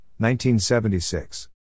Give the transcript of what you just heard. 1976